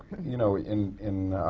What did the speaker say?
you know, in in